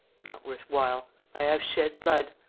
not worth while. i have shed blood.